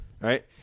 Right